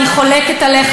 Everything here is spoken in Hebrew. אני חולקת עליך.